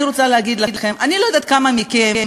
אני רוצה להגיד לכם: אני לא יודעת כמה מכם,